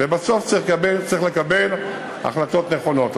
ובסוף צריך לקבל החלטות נכונות.